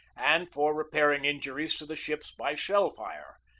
and for repairing injuries to the ships by shell-fire,